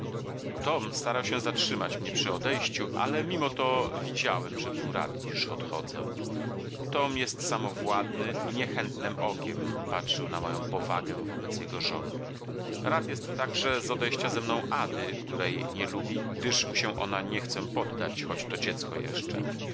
tom starał się zatrzymać mnie przy odejściu ale mimo to widziałem że był rad iż odchodzę tom jest samowładny i niechętnem okiem patrzył na moją powagę wobec jego żon rad jest także z odejścia ze mną ady której nie lubi gdyż mu się ona nie chce poddać choć to dziecko jeszcze